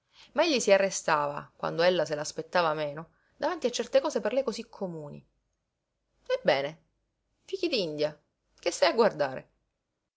ma egli si arrestava quando ella se l'aspettava meno davanti a certe cose per lei cosí comuni ebbene fichi d'india che stai a guardare